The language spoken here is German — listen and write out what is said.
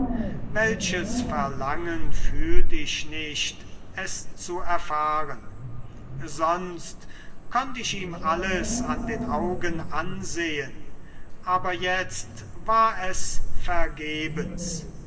welches verlangen fühlt ich nicht es zu erfahren sonst konnt ich ihm alles an den augen ansehen aber jetzt war es vergebens